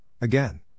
again